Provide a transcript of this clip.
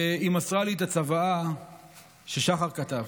היא מסרה לי את הצוואה ששחר כתב.